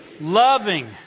loving